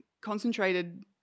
concentrated